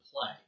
play